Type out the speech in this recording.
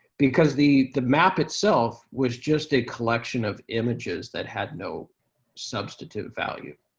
because the the map itself was just a collection of images that had no substantive value.